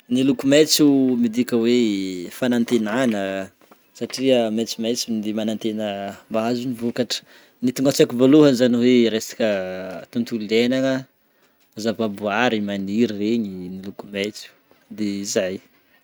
Ny loko maitso midika hoe fanantenana satria maitsomaitso de manantegna mahazo ny vokatra, ny tonga antsaiko voalohany zany hoe resaka tontolo iaignana, zava-boary maniry regny miloko maitso de zay.